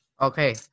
Okay